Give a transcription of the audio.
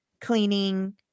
cleaning